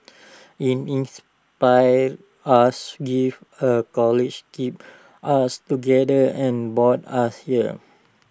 in inspired us give her kept us together and bought us here